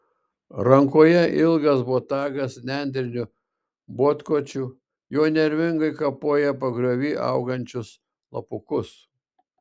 rankoje ilgas botagas nendriniu botkočiu juo nervingai kapoja pagriovy augančius lapukus